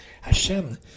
Hashem